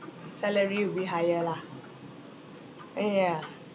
salary will be higher lah ah yeah